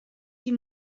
die